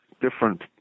different